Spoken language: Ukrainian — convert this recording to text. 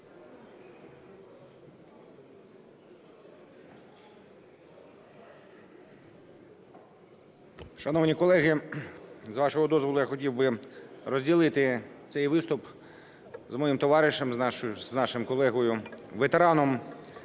Шановні колеги, з вашого дозволу я хотів би розділити цей виступ з моїм товаришем, з нашим колегою ветераном